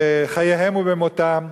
בחייהם ובמותם.